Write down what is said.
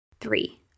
Three